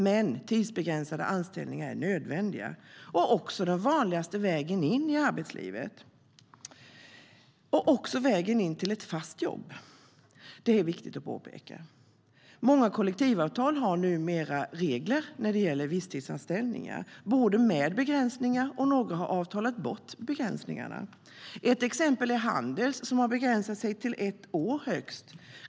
Men tidsbegränsade anställningar är nödvändiga och också den vanligaste vägen in i arbetslivet och till ett fast jobb - det är viktigt att påpeka. Många kollektivavtal har numera regler när det gäller visstidsanställningar. En del har begränsningar, och några har avtalat bort begränsningar. Ett exempel är Handels, som har begränsat sig till högst ett år.